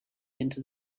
into